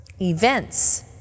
Events